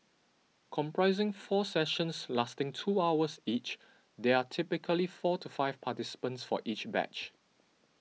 comprising four sessions lasting two hours each there are typically four to five participants for each batch